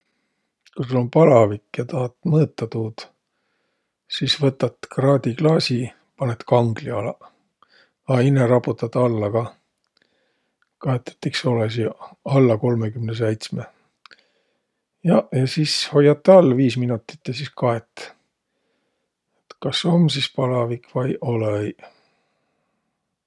Ku sul um palavik ja tahat mõõtaq tuud, sis võtat kraadiklaasi, panõt kangli alaq, a inne raputat alla kah. Kaet, et iks olõsiq alla kolmõkümne säitsme. Jaq ja sis hoiat all viis minotit ja sis kaet, et kas om sis palavik vai olõ-õiq.